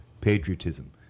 patriotism